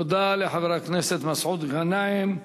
תודה לחבר הכנסת מסעוד גנאים.